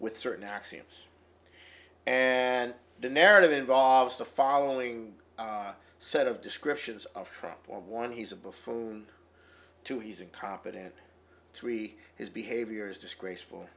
with certain axioms and the narrative involves the following set of descriptions of trump for one he's a before two he's incompetent three his behaviors disgraceful